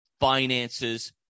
finances